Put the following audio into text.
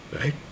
right